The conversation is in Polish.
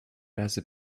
razy